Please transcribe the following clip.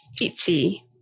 itchy